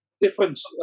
difference